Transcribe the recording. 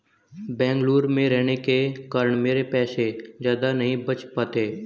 बेंगलुरु में रहने के कारण मेरे पैसे ज्यादा नहीं बच पाते